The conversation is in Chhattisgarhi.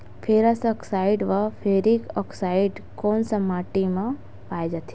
फेरस आकसाईड व फेरिक आकसाईड कोन सा माटी म पाय जाथे?